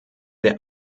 der